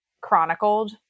chronicled